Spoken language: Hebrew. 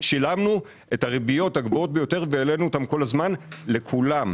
שילמנו את הריביות הגבוהות ביותר והעלינו אותן כל הזמן לכולם.